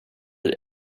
blir